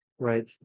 Right